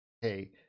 hey